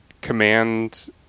command